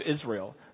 Israel